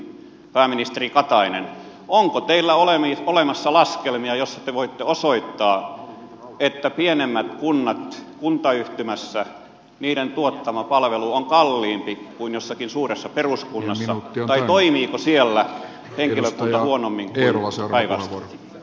kysynkin pääministeri katainen onko teillä olemassa laskelmia joilla te voitte osoittaa että pienempien kuntien kuntayhtymässä tuottama palvelu on kalliimpi kuin jossakin suuressa peruskunnassa tai toimiiko siellä henkilökunta huonommin vai päinvastoin